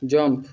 jump